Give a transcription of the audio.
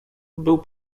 był